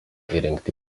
įrengti